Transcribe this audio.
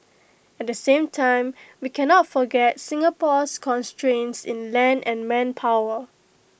at the same time we cannot forget Singapore's constraints in land and manpower